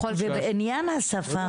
ובעניין השפה,